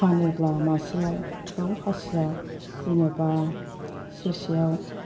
फानोब्ला मासेयाव दाउ खासिया जेन'बा सेरसेयाव